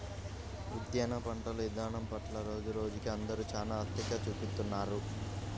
ఉద్యాన పంటల ఇదానం పట్ల రోజురోజుకీ అందరూ చానా ఆసక్తి చూపిత్తున్నారు